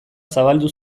zabaldu